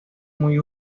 muy